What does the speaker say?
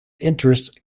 interest